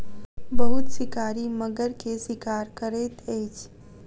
बहुत शिकारी मगर के शिकार करैत अछि